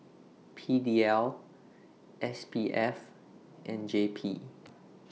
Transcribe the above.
P D L S P F and J P